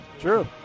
True